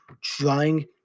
trying